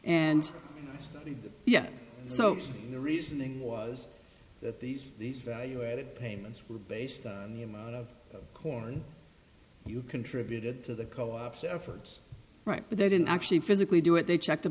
and yeah so the reasoning was that these these value added payments were based out of corn you contributed to the co ops efforts right but they didn't actually physically do it they checked